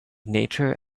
nature